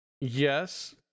Yes